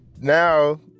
now